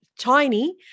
Tiny